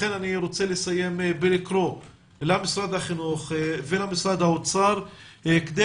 לכן אני רוצה לסיים בקריאה למשרד החינוך ולמשרד האוצר כדי